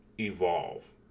evolve